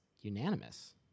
unanimous